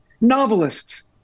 novelists